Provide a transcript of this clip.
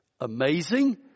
amazing